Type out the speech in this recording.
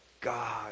God